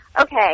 okay